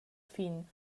fin